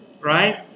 right